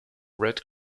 red